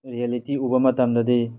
reality ꯎꯕ ꯃꯇꯝꯗꯗꯤ